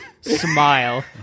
smile